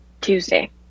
Tuesday